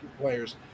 players